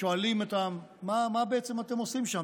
שואלת אותם: מה בעצם אתם עושים שם?